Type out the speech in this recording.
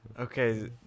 Okay